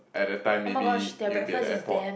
at that time maybe you'll be at the airport